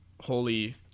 holy